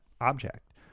object